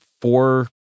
four